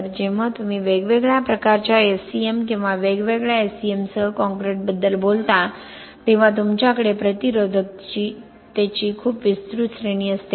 तर जेव्हा तुम्ही वेगवेगळ्या प्रकारच्या SCM किंवा वेगवेगळ्या SCM सह कॉंक्रिटबद्दल बोलता तेव्हा तुमच्याकडे प्रतिरोधकतेची खूप विस्तृत श्रेणी असते